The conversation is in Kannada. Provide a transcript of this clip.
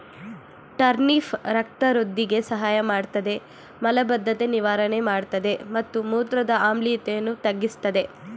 ಟರ್ನಿಪ್ ರಕ್ತ ವೃಧಿಗೆ ಸಹಾಯಮಾಡ್ತದೆ ಮಲಬದ್ಧತೆ ನಿವಾರಣೆ ಮಾಡ್ತದೆ ಮತ್ತು ಮೂತ್ರದ ಆಮ್ಲೀಯತೆಯನ್ನು ತಗ್ಗಿಸ್ತದೆ